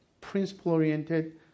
principle-oriented